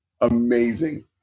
Amazing